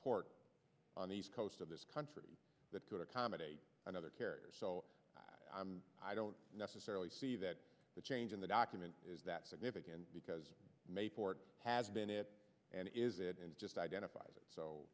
port on the east coast of this country that could accommodate another carrier so i don't necessarily see that the change in the document is that significant because mayport has been it and is it just identifies it so